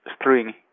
string